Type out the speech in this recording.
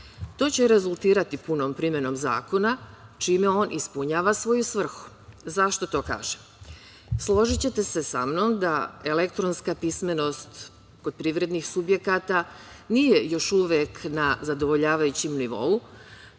To će rezultirati punom primenom zakona, čime on ispunjava svoju svrhu. Zašto to kažem? Složićete se sa mnom da elektronska pismenost kod privrednih subjekata nije još uvek na zadovoljavajućem nivou,